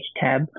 tab